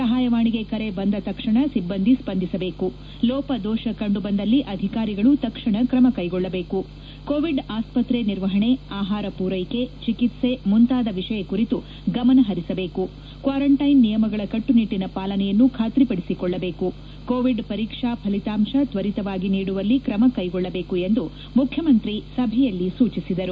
ಸಹಾಯವಾಣಿಗೆ ಕರೆ ಬಂದ ತಕ್ಷಣ ಸಿಬ್ಬಂದಿ ಸ್ವಂದಿಸಬೆಕು ಲೋಪದೋಷ ಕಂಡುಬಂದಲ್ಲಿ ಅಧಿಕಾರಿಗಳು ತಕ್ಷಣ ಕ್ರಮ ಕೈಗೊಳ್ಳಬೇಕು ಕೋವಿಡ್ ಆಸ್ಪತ್ರೆ ನಿರ್ವಹಣೆ ಆಹಾರ ಪೂರೈಕೆ ಚಿಕಿತ್ಸೆ ಮುಂತಾದ ವಿಷಯ ಕುರಿತು ಗಮನ ಹರಿಸಬೇಕು ಕ್ವಾರಂಟೈನ್ ನಿಯಮಗಳ ಕಟ್ಟುನಿಟ್ಟನ ಪಾಲನೆಯನ್ನು ಖಾತ್ರಿಪಡಿಸಿಕೊಳ್ಳಬೇಕು ಕೋವಿಡ್ ಪರೀಕ್ಷಾ ಫಲಿತಾಂಶ ತ್ವರಿತವಾಗಿ ನೀಡುವಲ್ಲಿ ಕ್ರಮ ಕೈಗೊಳ್ಳಬೇಕು ಎಂದು ಮುಖ್ಯಮಂತ್ರಿ ಸಭೆಯಲ್ಲಿ ಸೂಚಿಸಿದರು